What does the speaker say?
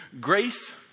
Grace